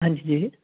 ਹਾਂਜੀ ਜੀ